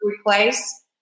replace